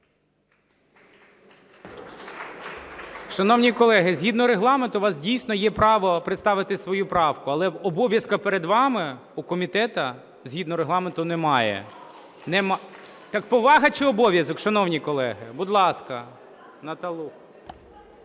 Шановні колеги, згідно Регламенту у вас, дійсно, є право представити свою правку. Але обов'язку перед вами у комітету, згідно з Регламентом, немає. Немає. (Шум у залі) Так повага чи обов'язок, шановні колеги? Будь ласка,